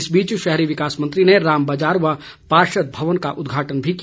इस बीच शहरी विकास मंत्री ने रामबाजार में पार्षद भवन का उदघाटन भी किया